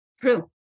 True